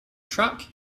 track